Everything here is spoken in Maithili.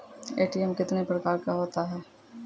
ए.टी.एम कितने प्रकार का होता हैं?